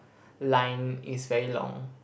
line is very long